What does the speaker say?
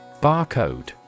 Barcode